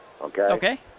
okay